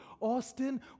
Austin